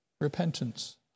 repentance